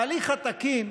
ההליך התקין,